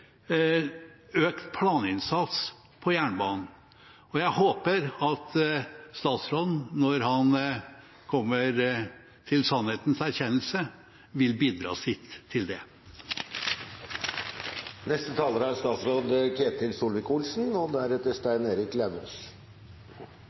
økt planinnsats på jernbanen. Jeg håper at statsråden, når han kommer til sannhetens erkjennelse, vil bidra med sitt til dette. Det er, synes jeg, gøy å diskutere politikk når vi er uenige om ting og